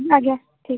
ଆଜ୍ଞା ଠିକ୍ଅଛି